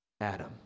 Adam